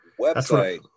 website